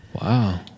Wow